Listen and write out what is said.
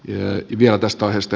arvoisa puhemies